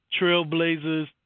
Trailblazers